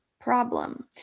problem